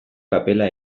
kapela